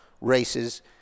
races